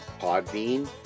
Podbean